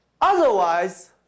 Otherwise